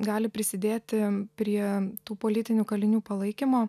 gali prisidėti prie tų politinių kalinių palaikymo